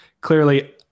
clearly